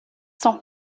sont